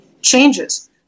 changes